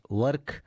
work